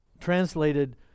translated